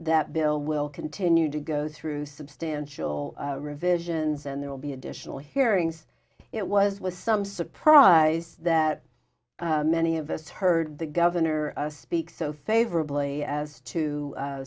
bill will continue to go through substantial revisions and there will be additional hearings it was with some surprise that many of us heard the governor us speak so favorably as to